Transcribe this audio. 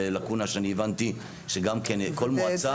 לקונה שאני הבנתי שגם כן כל מועצה ---.